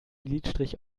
lidstrich